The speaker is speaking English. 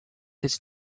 this